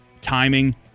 timing